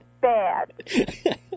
bad